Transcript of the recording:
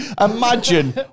imagine